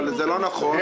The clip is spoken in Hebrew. אבל זה לא נכון,